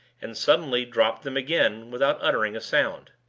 and suddenly dropped them again without uttering a sound.